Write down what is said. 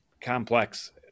complex